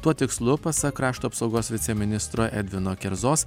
tuo tikslu pasak krašto apsaugos viceministro edvino kerzos